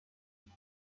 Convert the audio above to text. عالی